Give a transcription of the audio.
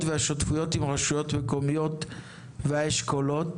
והשותפויות עם הרשויות המקומיות והאשכולות,